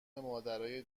مادرای